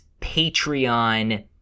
Patreon